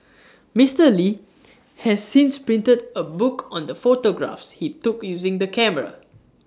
Mister li has since printed A book on the photographs he took using the camera